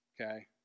okay